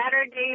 saturday